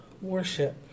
worship